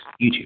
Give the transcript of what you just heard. YouTube